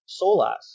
SOLAS